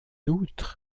outre